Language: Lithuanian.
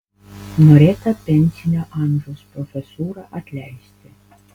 norėta pensinio amžiaus profesūrą atleisti